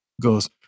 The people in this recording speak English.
goes